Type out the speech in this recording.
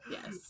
Yes